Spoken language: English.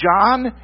John